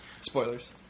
Spoilers